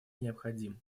необходим